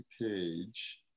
page